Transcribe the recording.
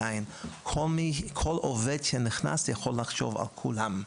כל עובד שנכנס עדיין יכול לחשוב על כולם,